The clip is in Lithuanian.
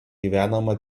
gyvenama